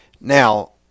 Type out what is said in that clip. Now